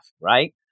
right